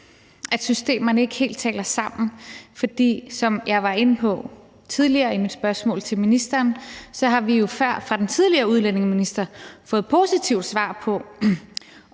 om systemerne ikke rigtig taler sammen, for som jeg var inde på tidligere i mit spørgsmål til ministeren, har vi jo før fra den tidligere udlændingeminister fået positivt svar om,